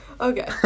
Okay